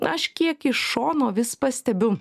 aš kiek iš šono vis pastebiu